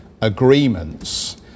agreements